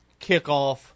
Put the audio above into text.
kickoff